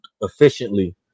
efficiently